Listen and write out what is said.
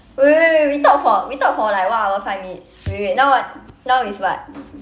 wait wait wait wait we talk for we talk for like one hour five minutes wait wait now what now is what